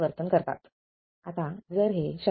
17 V 3